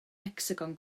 hecsagon